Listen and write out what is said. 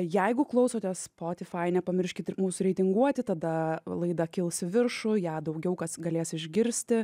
jeigu klausotės spotify nepamirškit ir mūsų reitinguoti tada laida kils į viršų ją daugiau kas galės išgirsti